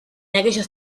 aquellos